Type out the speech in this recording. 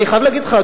אני חייב להגיד לך,